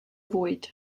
fwyd